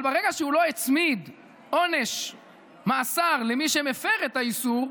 אבל ברגע שהוא לא הצמיד עונש מאסר למי שמפר את האיסור,